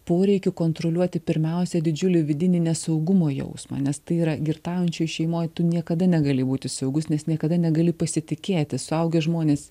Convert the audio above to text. poreikiu kontroliuoti pirmiausia didžiulį vidinį nesaugumo jausmą nes tai yra girtaujančioj šeimoj tu niekada negali būti saugus nes niekada negali pasitikėti suaugę žmonės